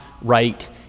right